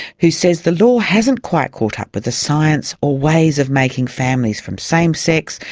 who says the law hasn't quite caught up with the science or ways of making families, from same-sex,